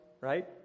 right